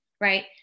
right